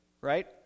Right